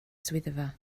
swyddfa